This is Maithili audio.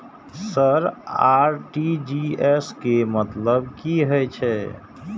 सर आर.टी.जी.एस के मतलब की हे छे?